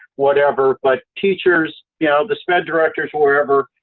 whatever, but teachers you know, the sped directors, wherever,